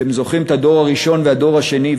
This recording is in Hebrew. אתם זוכרים את הדור הראשון והדור השני,